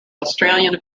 australian